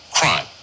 crime